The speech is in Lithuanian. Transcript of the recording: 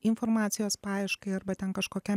informacijos paieškai arba ten kažkokiam